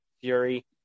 Fury